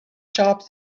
shop